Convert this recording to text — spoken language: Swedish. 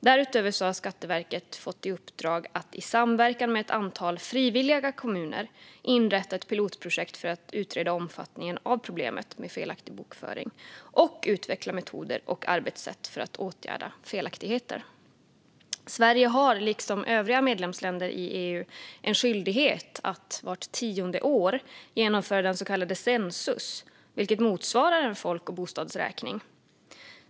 Därutöver har Skatteverket fått i uppdrag att i samverkan med ett antal frivilliga kommuner inrätta ett pilotprojekt för att utreda omfattningen av problemet med felaktig folkbokföring och utveckla metoder och arbetssätt för att åtgärda felaktigheter. Sverige har liksom övriga medlemsländer i EU en skyldighet att vart tionde år genomföra den så kallade Census, vilket motsvarar en folk och bostadsräkning.